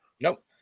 Nope